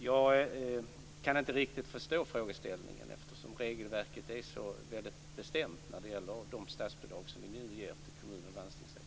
Jag kan inte riktigt förstå frågeställningen, eftersom regelverket är så väldigt bestämt när det gäller de statsbidrag som vi nu ger till kommun och landstingssektorn.